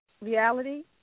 reality